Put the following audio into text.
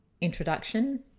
introduction